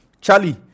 Charlie